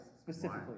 specifically